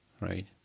right